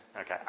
Okay